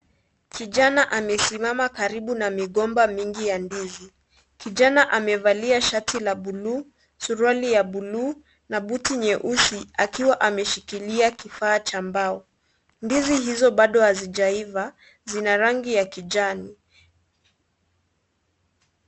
Kijana amesimama karibu na migomba mingi ya ndizi, kijana amevalia shati la bulu, suruali ya bulu na buti nyeusi akiwa ameshikilia kifaa cha mbao, ndizi hizo bado hazijaiva zina rangi ya kijani.